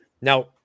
now